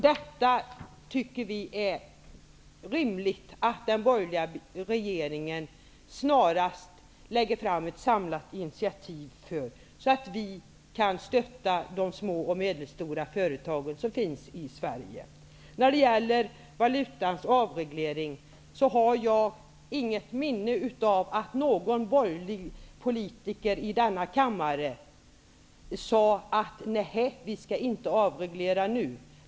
Detta tycker vi att det är rimligt att den borgerliga regeringen snarast lägger fram ett samlat initiativ till, så att vi kan stötta de små och medelstora företag som finns i Sverige. Vid valutans avreglering har jag inget minne av att någon borgerlig politiker i denna kammare sade: Nehej, vi skall inte avreglera nu.